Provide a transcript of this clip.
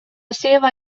seva